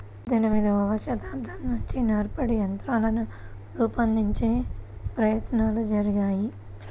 పద్దెనిమదవ శతాబ్దం నుంచే నూర్పిడి యంత్రాన్ని రూపొందించే ప్రయత్నాలు జరిగాయి